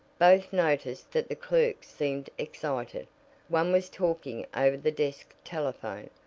both noticed that the clerks seemed excited one was talking over the desk telephone,